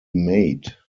made